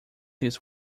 his